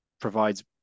provides